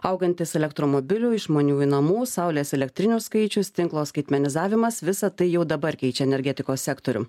augantis elektromobilių išmaniųjų namų saulės elektrinių skaičius tinklo skaitmenizavimas visa tai jau dabar keičia energetikos sektorių